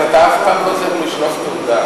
אז אתה אף פעם לא צריך לשלוף תעודה.